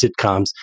sitcoms